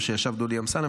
או שישב דודי אמסלם,